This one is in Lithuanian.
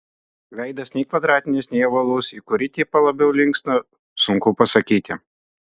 veidas nei kvadratinis nei ovalus į kurį tipą labiau linksta sunku pasakyti